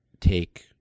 take